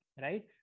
right